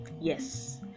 yes